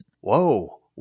Whoa